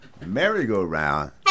merry-go-round